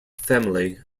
family